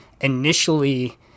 initially